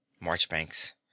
Marchbanks